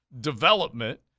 development